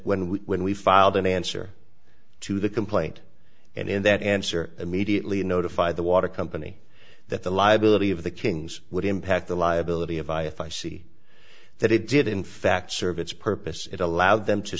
when we win we filed an answer to the complaint and in that answer immediately notify the water company that the liability of the kings would impact the liability of i if i see that it did in fact serve its purpose it allowed them to